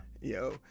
Yo